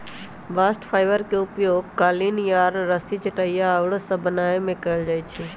bast fibre के उपयोग कालीन, यार्न, रस्सी, चटाइया आउरो सभ बनाबे में कएल जाइ छइ